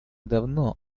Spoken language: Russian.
давно